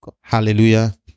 Hallelujah